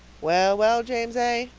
well, well, james a,